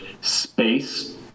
space